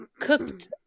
cooked